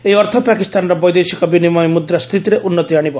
ଏହି ଅର୍ଥ ପାକିସ୍ତାନର ବୈଦେଶିକ ବିନିମୟ ମୁଦ୍ରା ସ୍ଥିତିରେ ଉନ୍ନତି ଆଶିବ